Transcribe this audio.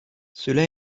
cela